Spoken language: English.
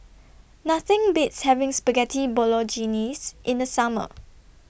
Nothing Beats having Spaghetti Bolognese in The Summer